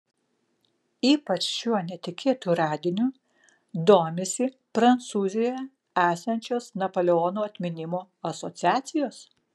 ypač šiuo netikėtu radiniu domisi prancūzijoje esančios napoleono atminimo asociacijos